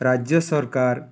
ରାଜ୍ୟ ସରକାର